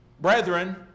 brethren